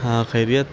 ہاں خیریت